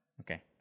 Okay